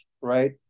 right